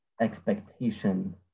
expectation